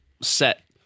set